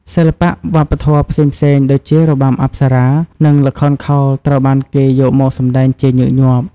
សិល្បៈវប្បធម៌ផ្សេងៗដូចជារបាំអប្សរា និងល្ខោនខោលត្រូវបានគេយកមកសម្តែងជាញឹកញាប់។